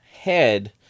head